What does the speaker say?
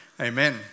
Amen